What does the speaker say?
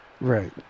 Right